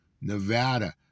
Nevada